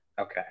Okay